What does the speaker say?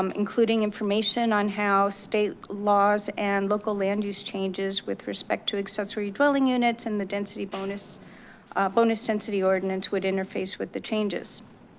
um including information on how state laws and local land use changes with respect to accessory dwelling units and the density bonus bonus density ordinance would interface with the changes.